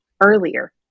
earlier